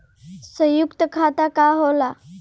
सयुक्त खाता का होला?